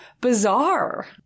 bizarre